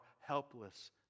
helpless